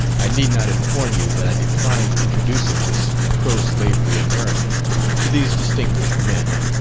i need not inform you that i declined introducing this pro-slavery american to these distinguished men.